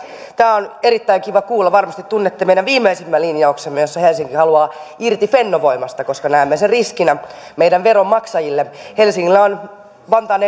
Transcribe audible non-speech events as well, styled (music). tämä on erittäin kiva kuulla varmasti tunnette meidän viimeisimmän linjauksemme jossa helsinki haluaa irti fennovoimasta koska näemme sen riskinä meidän veronmaksajille helsingillä on vantaan (unintelligible)